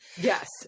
Yes